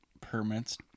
permits